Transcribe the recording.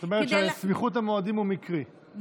את אומרת שסמיכות המועדים הוא מקרי.